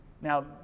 Now